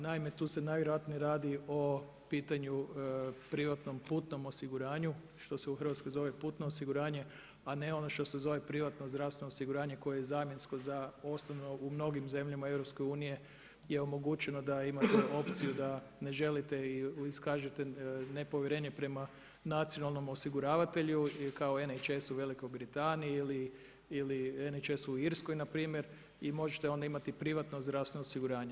Naime tu se nevjerojatnije radi o privatnom putnom osiguranju što se u Hrvatskoj zove putno osiguranje, a ne ono što se zove privatno zdravstveno osiguranje koje je zamjensko za osnovno u mnogim zemljama EU je omogućeno da imate opciju da ne želite i iskažete nepovjerenje prema nacionalnom osiguravatelju i kao … u Velikoj Britaniji ili … u Irskoj npr. i možete onda imati privatno zdravstveno osiguranje.